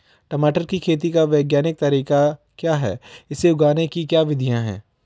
टमाटर की खेती का वैज्ञानिक तरीका क्या है इसे उगाने की क्या विधियाँ हैं?